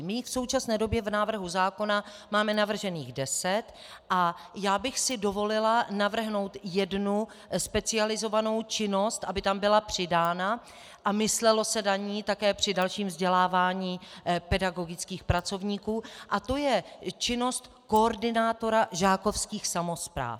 My jich v současné době v návrhu zákona máme navržených deset a já bych si dovolila navrhnout jednu specializovanou činnost, aby tam byla přidána a myslelo se na ni také při dalším vzdělávání pedagogických pracovníků, a to je činnost koordinátora žákových samospráv.